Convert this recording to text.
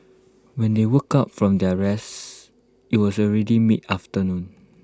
when they woke up from their rest IT was already mid afternoon